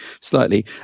slightly